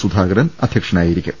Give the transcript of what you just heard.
സുധാക രൻ അധ്യക്ഷനായിരിക്കും